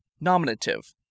Nominative